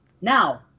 Now